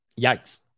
yikes